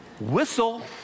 whistle